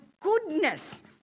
goodness